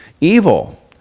evil